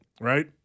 Right